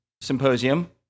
symposium